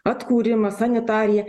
atkūrimas sanitarija